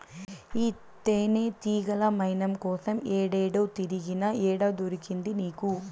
ఈ తేనెతీగల మైనం కోసం ఏడేడో తిరిగినా, ఏడ దొరికింది నీకు